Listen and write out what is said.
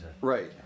Right